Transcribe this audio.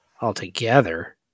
altogether